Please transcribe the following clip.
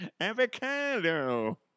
Avocado